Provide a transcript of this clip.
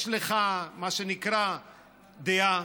ויש לך מה שנקרא דעה: